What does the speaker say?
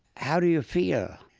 how do you feel?